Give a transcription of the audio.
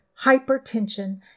hypertension